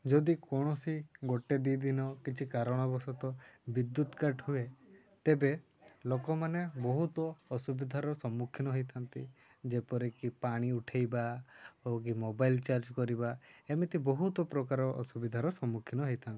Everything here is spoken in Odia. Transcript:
ଯଦି କୌଣସି ଗୋଟେ ଦୁଇ ଦିନ କିଛି କାରଣ ବଶତଃ ବିଦ୍ୟୁତ୍ କାଟ୍ ହୁଏ ତେବେ ଲୋକମାନେ ବହୁତ ଅସୁବିଧାର ସମ୍ମୁଖୀନ ହେଇଥାନ୍ତି ଯେପରିକି ପାଣି ଉଠେଇବା କି ମୋବାଇଲ୍ ଚାର୍ଜ କରିବା ଏମିତି ବହୁତ ପ୍ରକାର ଅସୁବିଧାର ସମ୍ମୁଖୀନ ହେଇଥାନ୍ତି